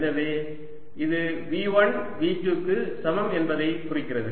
எனவே இது V1 V2 க்கு சமம் என்பதைக் குறிக்கிறது